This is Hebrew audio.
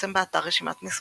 לפרסם באתר רשימת משרות,